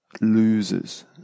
Losers